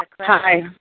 Hi